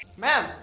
ma'am.